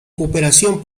cooperación